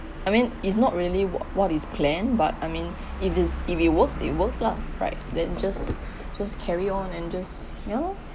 I mean it's not really wha~ what is plan but I mean if is if it works it works lah right then just just carry on and just you know